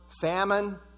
famine